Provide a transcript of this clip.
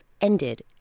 ended